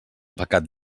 pecat